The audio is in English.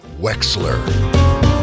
Wexler